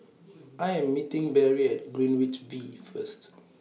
I Am meeting Barrie At Greenwich V First